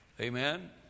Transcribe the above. Amen